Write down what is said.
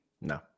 No